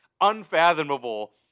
Unfathomable